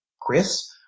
Chris